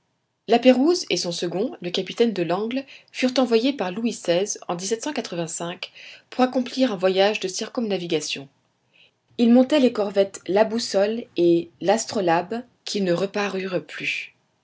pérouse et son second le capitaine de langle furent envoyés par louis xvi en pour accomplir un voyage de circumnavigation ils montaient les corvettes la boussole et l'astrolabe qui ne reparurent plus